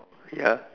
ya